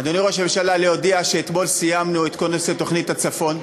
להודיע שאתמול סיימנו את כל נושא תוכנית הצפון: